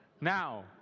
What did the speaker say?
Now